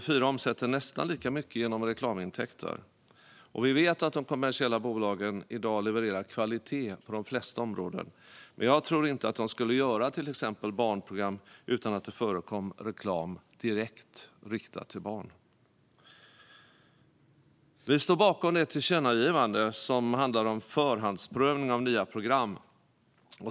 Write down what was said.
Vi vet att de kommersiella bolagen i dag levererar kvalitet på de flesta områden. Men jag tror inte att de skulle göra till exempel barnprogram utan att det förekom reklam direkt riktad till barn. Vi står bakom det tillkännagivande som handlar om förhandsprövning av nya program.